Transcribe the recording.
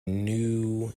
new